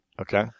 Okay